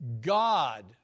God